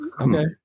Okay